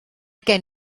gen